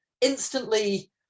instantly